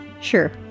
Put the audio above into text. Sure